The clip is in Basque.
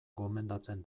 gomendatzen